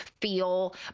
feel